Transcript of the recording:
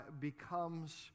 becomes